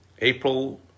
April